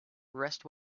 rest